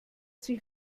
sich